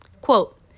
quote